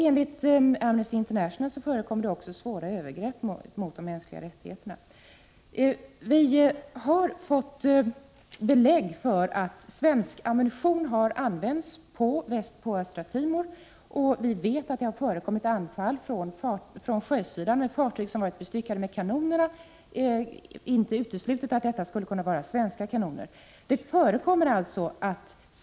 Enligt Amnesty International förekommer det också svåra övergrepp mot de mänskliga rättigheterna. Vi har fått belägg för att svensk ammunition har använts på Östra Timor, och vi vet att det har förekommit anfall från sjösidan med fartyg som varit | bestyckade med kanoner. Det är inte uteslutet att det skulle kunna vara svenska kanoner.